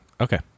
Okay